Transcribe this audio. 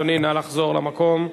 אדוני, נא לחזור למקום.